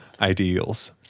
ideals